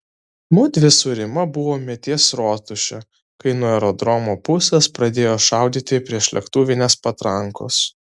mudvi su rima buvome ties rotuše kai nuo aerodromo pusės pradėjo šaudyti priešlėktuvinės patrankos